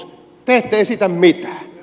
te ette esitä mitään